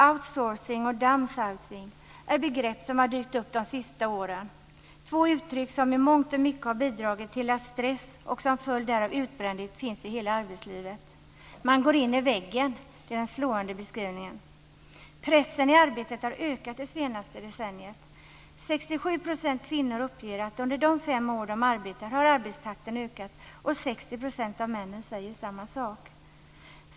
Outsourcing och downsizing är begrepp som har dykt upp under de senaste åren - två uttryck som i mångt och mycket har bidragit till att stress och, som en följd därav, utbrändhet finns i hela arbetslivet. Att "man går in i väggen" är en slående beskrivning. Pressen i arbetet har ökat under det senaste decenniet. 67 % av kvinnorna uppger att under de fem år som de arbetat har arbetstakten ökat. 60 % av männen säger samma sak.